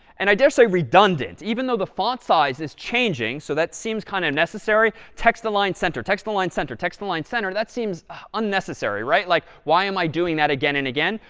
and i dare say redundant. even though the font size is changing, so that seems kind of necessary, text-align center, text-align center, text-align center that seems unnecessary, right? like, why am i doing that again and again?